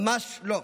ממש לא.